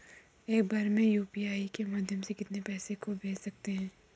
एक बार में यू.पी.आई के माध्यम से कितने पैसे को भेज सकते हैं?